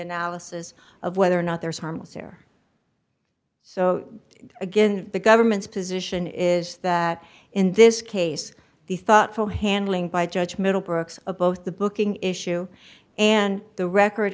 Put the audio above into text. analysis of whether or not there is harmless error so again the government's position is that in this case the thoughtful handling by judge middlebrooks of both the booking issue and the record